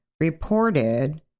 reported